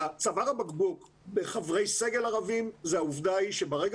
צוואר הבקבוק בחברי סגל ערבים זה העובדה שברגע